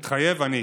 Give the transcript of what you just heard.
מתחייב אני.